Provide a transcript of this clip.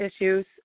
issues